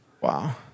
Wow